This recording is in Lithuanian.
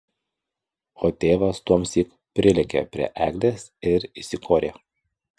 o tėvas tuomsyk prilėkė prie eglės ir įsikorė